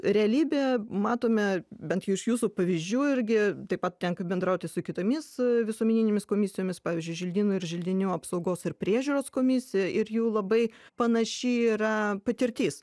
realybę matome bent jau iš jūsų pavyzdžių irgi taip pat tenka bendrauti su kitomis visuomeninėmis komisijomis pavyzdžiui želdynų ir želdinių apsaugos ir priežiūros komisija ir jų labai panaši yra patirtis